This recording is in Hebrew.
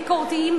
ביקורתיים,